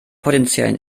potenziellen